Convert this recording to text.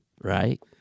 Right